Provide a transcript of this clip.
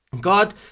God